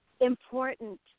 important